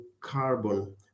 carbon